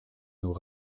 nous